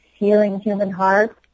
healinghumanhearts